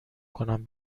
کنم